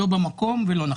לא במקום ולא נכון.